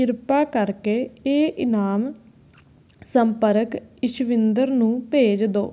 ਕ੍ਰਿਪਾ ਕਰਕੇ ਇਹ ਇਨਾਮ ਸੰਪਰਕ ਇਸ਼ਵਿੰਦਰ ਨੂੰ ਭੇਜ ਦਿਓ